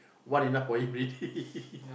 one enough for him already